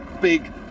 big